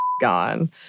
gone